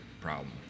problem